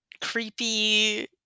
creepy